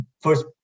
first